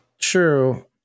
True